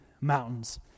mountains